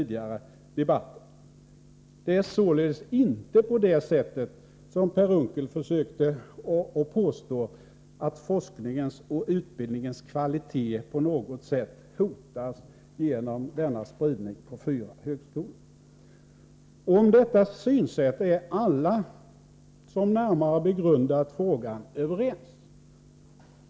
Det är således inte på det sättet, som Per Unckel försökte påstå, att forskningens och utbildning ens kvalitet på något sätt hotas genom spridningen på fyra högskolor. Om detta synsätt är alla som närmare begrundat frågan överens.